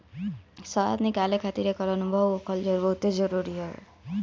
शहद निकाले खातिर एकर अनुभव होखल बहुते जरुरी हवे